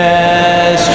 Yes